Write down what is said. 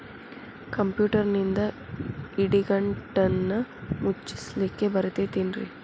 ಕಂಪ್ಯೂಟರ್ನಿಂದ್ ಇಡಿಗಂಟನ್ನ ಮುಚ್ಚಸ್ಲಿಕ್ಕೆ ಬರತೈತೇನ್ರೇ?